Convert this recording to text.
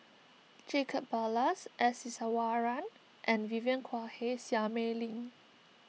Jacob Ballas S Iswaran and Vivien Quahe Seah Mei Lin